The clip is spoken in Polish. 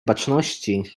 baczności